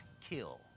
kill